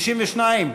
92?